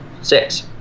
Six